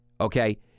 okay